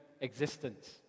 existence